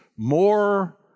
More